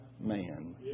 man